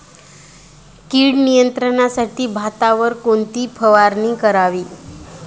कीड नियंत्रणासाठी भातावर कोणती फवारणी करावी?